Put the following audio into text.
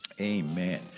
Amen